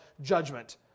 judgment